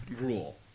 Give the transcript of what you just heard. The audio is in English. rule